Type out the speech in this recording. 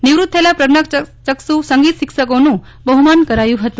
નિવૃત્ત થયેલાં પ્રજ્ઞાચક્ષુ સંગીત શિક્ષકો નું બહ્મમાન કરાયું હતું